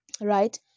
right